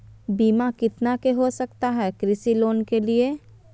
बीमा कितना के हो सकता है कृषि लोन के लिए?